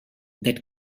that